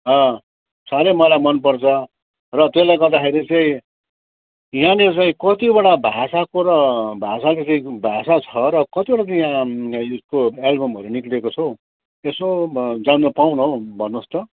अँ साह्रै मलाई मनपर्छ र त्यसले गर्दाखेरि चाहिँ यहाँनिर चाहिँ कतिवटा भाषाको र भाषाको केही भाषा छ र कतिवटा चाहिँ यहाँ यसको एल्बमहरू निक्लिएको छ हो यसो जान्नपाउँ न हौ भन्नुहोस् त